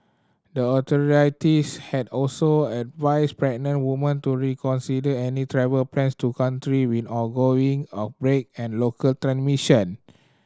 the authorities had also advised pregnant women to reconsider any travel plans to country with ongoing outbreak and local transmission